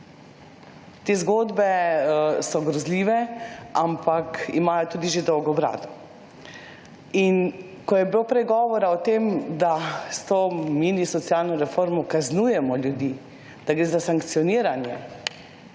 Te zgodbe so grozljive, ampak imajo tudi že dolgo brado. In ko je bilo prej govora o tem, da s to mini socialno reformo kaznujemo ljudi, da gre za sankcioniranje?